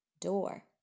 door